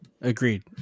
agreed